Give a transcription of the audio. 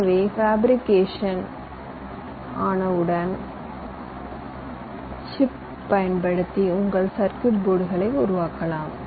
எனவே ஃபேபிரிகேஷன் ஆனவுடன் சில்லுக்களைப் பயன்படுத்தி உங்கள் சர்க்யூட் போர்டுகளை உருவாக்கலாம்